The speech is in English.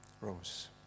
Rose